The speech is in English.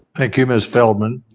thank you, ms. feldman.